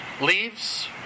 leaves